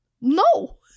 no